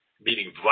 meaning